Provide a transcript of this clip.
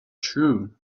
true